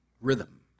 Rhythm